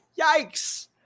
Yikes